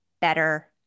better